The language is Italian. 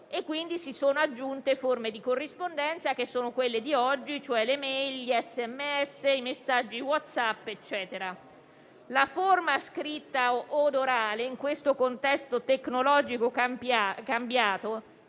quindi si sono aggiunte forme di corrispondenza che sono quelle di oggi: le *mail*, gli sms i messaggi WhatsApp. La forma scritta o orale, in questo contesto tecnologico mutato,